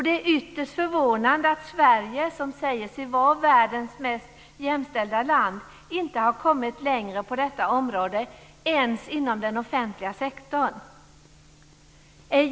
Det är ytterst förvånande att Sverige, som säger sig vara världens mest jämställda land, inte har kommit längre på detta område ens inom den offentliga sektorn.